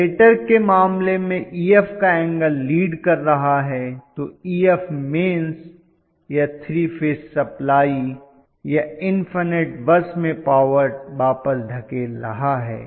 generator के मामले में Ef का एंगल लीड कर रहा है तो Ef मेंस या 3 फेज सप्लाई या इन्फनट बस में पावर वापस धकेल रहा है